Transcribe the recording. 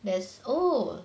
there is oh